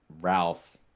Ralph